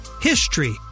HISTORY